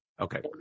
Okay